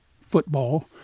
football